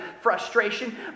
frustration